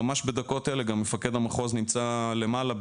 ממש בדקות אלה גם מפקד המחוז נמצא למעלה,